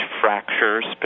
fractures